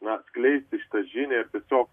na skleisti šitą žinią ir tiesiog